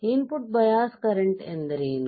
ಇನ್ ಪುಟ್ bias current ಎಂದರೇನು